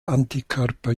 antikörper